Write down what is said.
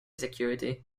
security